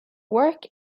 work